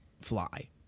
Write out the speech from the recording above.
fly